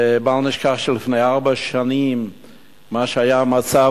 ובל נשכח שלפני ארבע שנים מה היה המצב,